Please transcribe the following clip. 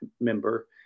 member